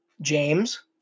James